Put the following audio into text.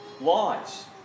lies